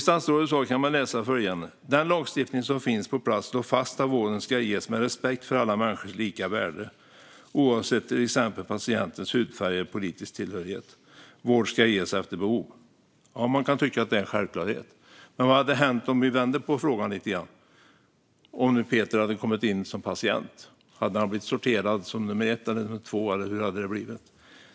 Statsrådet svarar på följande sätt: "Den lagstiftning som finns på plats slår fast att vården ska ges med respekt för alla människors lika värde, oavsett till exempel patientens hudfärg eller politiska tillhörighet. Vård ska ges efter behov." Ja, man kan tycka att det är en självklarhet. Men vad hade hänt om vi vänder på frågan lite grann, om nu Peter hade kommit in som patient? Hade han då blivit sorterad som nummer ett eller nummer två, eller hur hade det blivit?